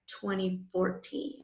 2014